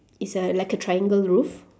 it's a like a triangle roof